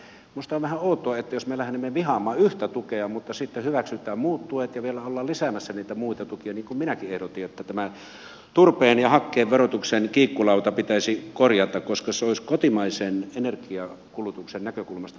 minusta on vähän outoa jos me lähdemme vihaamaan yhtä tukea mutta sitten hyväksytään muut tuet ja vielä ollaan lisäämässä niitä muita tukia niin kuin minäkin ehdotin että tämä turpeen ja hakkeen verotuksen kiikkulauta pitäisi korjata koska se olisi kotimaisen energiakulutuksen näkökulmasta oikein